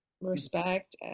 respect